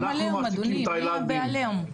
שום עליהום, אדוני, מי בא בעליהום?